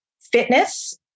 fitness